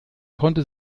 konnte